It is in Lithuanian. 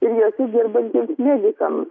ir jose dirbantiems medikams